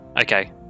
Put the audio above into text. okay